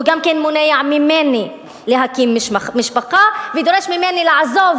הוא גם כן מונע ממני להקים משפחה ודורש ממני לעזוב